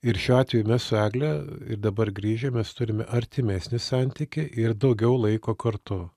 ir šiuo atveju mes su egle ir dabar grįžę mes turime artimesnį santykį ir daugiau laiko kartu